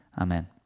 Amen